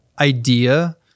idea